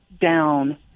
down